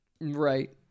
Right